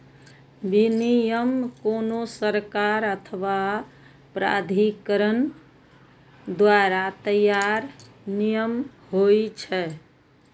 विनियम कोनो सरकार अथवा प्राधिकरण द्वारा तैयार नियम होइ छै